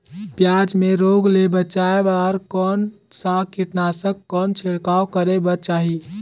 पियाज मे रोग ले बचाय बार कौन सा कीटनाशक कौन छिड़काव करे बर चाही?